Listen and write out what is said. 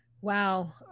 Wow